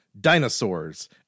Dinosaurs